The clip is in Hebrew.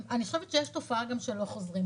אני חושבת שיש גם תופעה של לא חוזרים.